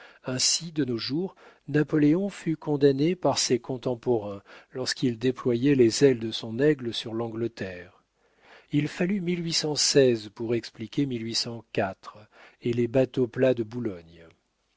ainsi de nos jours napoléon fut condamné par nos contemporains lorsqu'il déployait les ailes de son aigle sur l'angleterre il fallut pour expliquer et les bateaux plats de boulogne